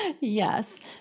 Yes